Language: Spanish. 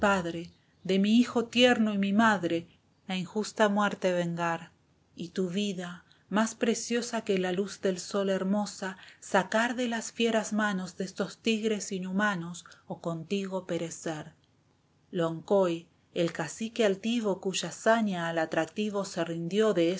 de mi hijo tierno y mi madre la injusta muerte vengar y tu vida más preciosa que la luz del sol hermosa sacar de las fieras manos de estos tigres inhumanos o contigo perecer loncoy el cacique altivo cuya saña al atractivo se rindió de